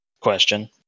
question